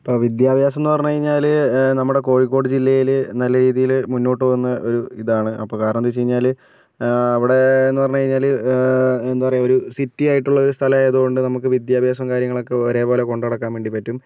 ഇപ്പോൾ വിദ്യാഭ്യാസമെന്ന് പറഞ്ഞ് കഴിഞ്ഞാൽ നമ്മുടെ കോഴിക്കോട് ജില്ലയിൽ നല്ല രീതിയിൽ മുന്നോട്ട് പോകുന്ന ഒരു ഇതാണ് അപ്പോൾ കാരണമെന്താണെന്ന് വെച്ച് കഴിഞ്ഞാൽ അവിടെയെന്ന് പറഞ്ഞ് കഴിഞ്ഞാൽ എന്താ പറയുക ഒരു സിറ്റിയായിട്ടുള്ള ഒരു സ്ഥലമായത് കൊണ്ട് നമുക്ക് വിദ്യാഭ്യാസവും കാര്യങ്ങളും ഒക്കെ ഒരേപോലെ കൊണ്ട് നടക്കാൻ വേണ്ടി പറ്റും